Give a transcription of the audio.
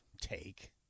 take